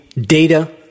data